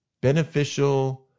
beneficial